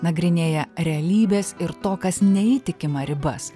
nagrinėja realybės ir to kas neįtikima ribas